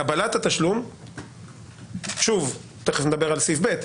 קבלת התשלום, שוב, תכף נדבר על סעיף (ב).